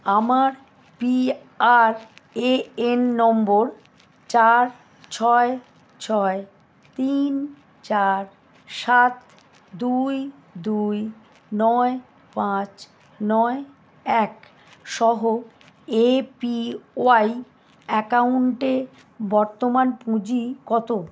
আমার P R A N নম্বর চার ছয় ছয় তিন চার সাত দুই দুই নয় পাঁচ নয় এক সহ এ পি ওয়াই অ্যাকাউন্টে বর্তমান পুঁজি কত